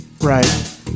Right